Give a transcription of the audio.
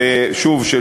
ושוב,